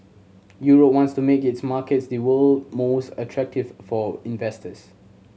Europe wants to make its markets the world most attractive for investors